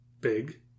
Big